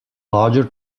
larger